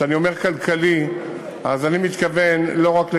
וכשאני אומר "כלכלי" אז אני מתכוון לא רק ל"כלכלי"